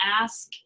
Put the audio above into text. ask